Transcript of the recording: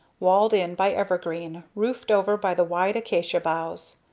walled in by evergreen, roofed over by the wide acacia boughs.